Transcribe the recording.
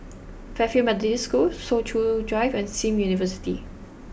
Fairfield Methodist School Soo Chow Drive and Sim University